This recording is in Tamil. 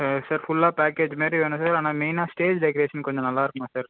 சார் ஃபுல்லாக பேக்கேஜ் மாதிரி வேணும் சார் மெயினாக ஸ்டேஜ் டெக்ரேஷன் கொஞ்சம் நல்லாயிருக்கணும் சார்